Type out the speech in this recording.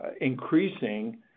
increasing